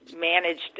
Managed